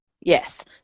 Yes